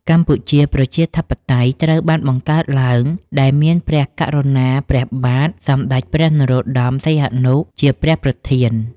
កម្ពុជាប្រជាធិបតេយ្យ ត្រូវបានបង្កើតឡើង ដែល មានព្រះករុណាព្រះបាទសម្តេចព្រះនរោត្តម សីហនុ ជាព្រះប្រធាន។